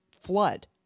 flood